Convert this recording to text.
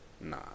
nah